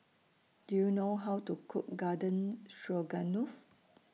Do YOU know How to Cook Garden Stroganoff